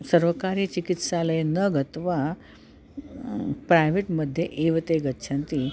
सर्वकारीयचिकित्सालयं न गत्वा प्रैवेट् मध्ये एव ते गच्छन्ति